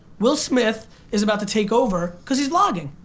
will smith is about to take over cause he's vlogging.